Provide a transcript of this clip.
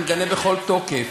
אני מגנה בכל תוקף.